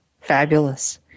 Fabulous